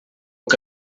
que